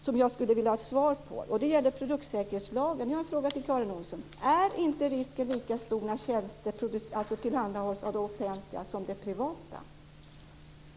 Jag skulle nämligen vilja ha svar på en fråga om produktsäkerhetslagen: Karin Olsson, är inte risken lika stor när tjänster tillhandahålls av det offentliga som när de tillhandahålls av det privata?